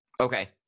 Okay